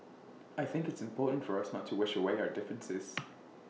I think it's important for us not to wish away our differences